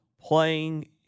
playing